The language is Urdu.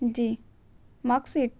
جی ماکسیٹ